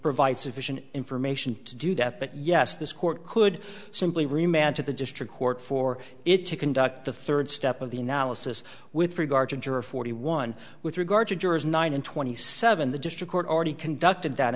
provide sufficient information to do that but yes this court could simply remain to the district court for it to conduct the third step of the analysis with regard to juror forty one with regard to jurors nine and twenty seven the district court already conducted that